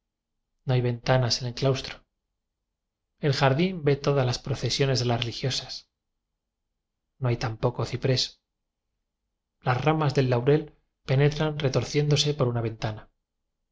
no hay ventanas en el claustro el jardín ve todas las procesio nes de las religiosas no hay tampoco ci prés las ramas del laurel penetran retor ciéndose por una ventana